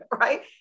right